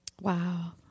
Wow